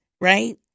right